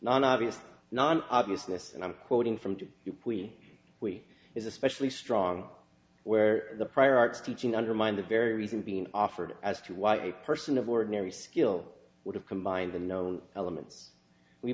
non obvious non obviousness and i'm quoting from to we we is especially strong where the prior art teaching undermined the very reason being offered as to why a person of ordinary skill would have combined the known elements we